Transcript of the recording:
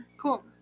Cool